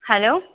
hello